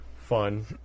fun